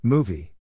Movie